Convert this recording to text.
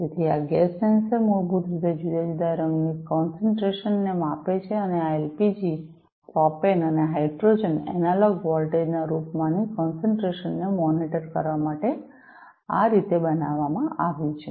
તેથી આ gas sensor મૂળભૂત રીતે જુદા જુદા ગૅસની કોન્સેંન્ટ્રેનશનને માપે છે અને આ એલપીજી પ્રોપેન અને હાઇડ્રોજન એનાલોગ વોલ્ટેજ ના રૂપમાંની કોન્સેંન્ટ્રેનશન ને મોનિટર કરવા માટે આ રીતે બનાવવામાં આવ્યું છે